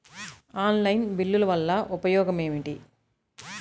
Online బిల్లుల వల్ల ఉపయోగమేమిటీ?